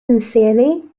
sincerely